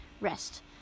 Rest